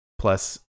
plus